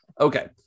Okay